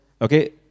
okay